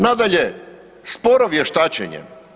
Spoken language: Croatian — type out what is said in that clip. Nadalje, sporo vještačenje.